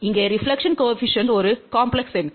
இங்கே reflection coefficient ஒரு complex எண்